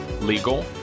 legal